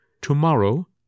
Tomorrow